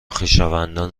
خویشاوندان